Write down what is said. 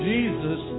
Jesus